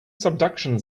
subduction